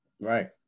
right